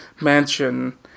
mansion